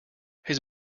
his